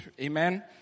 Amen